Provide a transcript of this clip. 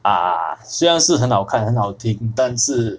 ah 虽然是很好看很好听但是